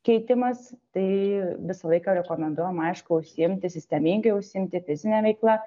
keitimas tai visą laiką rekomenduojam aišku užsiimti sistemingai užsiimti fizine veikla